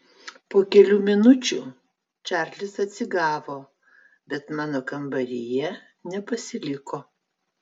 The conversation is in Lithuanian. po kelių minučių čarlis atsigavo bet mano kambaryje nepasiliko